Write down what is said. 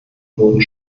wurden